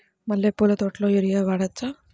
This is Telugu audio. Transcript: మల్లె పూల తోటలో యూరియా వాడవచ్చా?